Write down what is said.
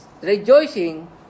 Rejoicing